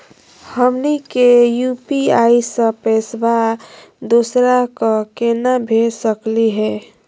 हमनी के यू.पी.आई स पैसवा दोसरा क केना भेज सकली हे?